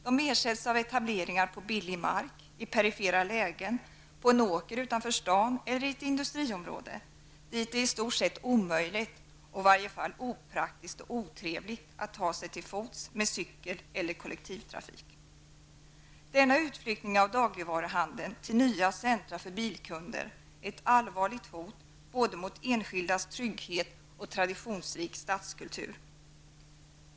De ersätts av etableringar på billig mark i perifera lägen, på en åker utanför staden eller i ett industriområde, dit det är i stort sett omöjligt -- och i varje fall opraktiskt och otrevligt -- att ta sig till fots, med cykel eller med kollektivtrafik. Denna utflyttning av dagligvaruhandeln till nya centra för bilkunder är ett allvarligt hot mot enskildas trygghet och mot traditionsrik stadskultur.